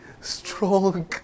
Strong